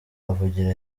avugira